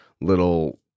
little